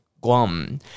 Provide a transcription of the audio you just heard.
guam